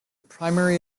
primary